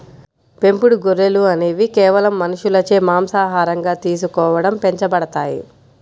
పెంపుడు గొర్రెలు అనేవి కేవలం మనుషులచే మాంసాహారంగా తీసుకోవడం పెంచబడతాయి